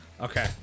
Okay